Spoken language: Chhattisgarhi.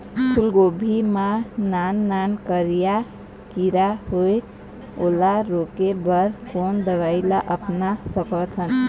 फूलगोभी मा नान नान करिया किरा होयेल ओला रोके बर कोन दवई ला अपना सकथन?